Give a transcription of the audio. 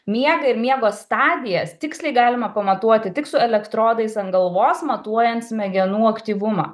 miegą ir miego stadijas tiksliai galima pamatuoti tik su elektrodais ant galvos matuojant smegenų aktyvumą